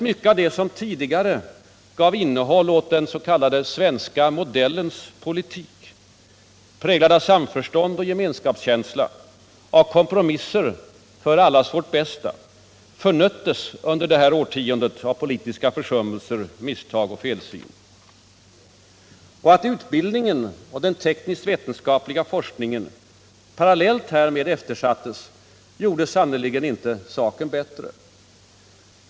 Mycket av det som tidigare gav innehåll åt den s.k. svenska modellens politik, präglad av samförstånd och gemenskapskänsla och av kompromisser för det gemensammas bästa, förnöttes under detta årtionde av politiska försummelser, misstag och felbedömningar. Att utbildningen och den tekniskt-vetenskapliga forskningen parallellt härmed eftersattes gjorde sannerligen inte saken bättre.